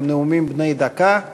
התשע"ה 2015,